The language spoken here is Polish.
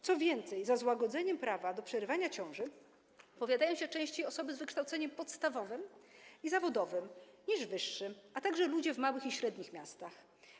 Co więcej, za złagodzeniem prawa do przerywania ciąży opowiadają się częściej osoby z wykształceniem podstawowym i zawodowym niż wyższym, a także ludzie w małych i średnich miastach.